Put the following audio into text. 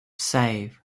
save